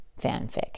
fanfic